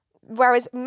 whereas